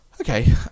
okay